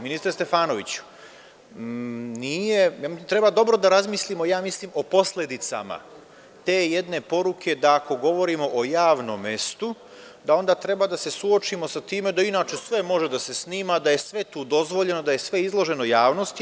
Ministre Stefanović, treba dobro da razmislimo o posledicama te jedne poruke da ako govorimo o javnom mestu, da onda treba da se suočimo sa time da inače sve može da se snima, da je sve tu dozvoljeno i da je izloženo javnosti.